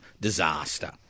disaster